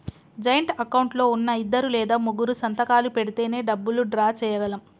joint account లో ఉన్నా ఇద్దరు లేదా ముగ్గురూ సంతకాలు పెడితేనే డబ్బులు డ్రా చేయగలం